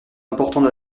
important